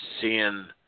seeing